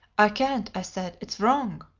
i can't, i said. it's wrong.